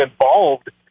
involved